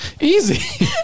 Easy